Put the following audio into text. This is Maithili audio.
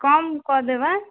कम कऽ देबै